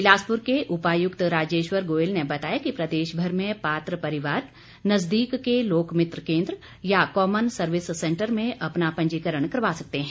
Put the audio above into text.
बिलासपुर के उपायुक्त राजेश्वर गोयल ने बताया कि प्रदेश भर में पात्र परिवार नजदीक के लोकमित्र केन्द्र या कॉमन सर्विस सेंटर में अपना पंजीकरण करवा सकते हैं